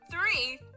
three